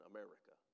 America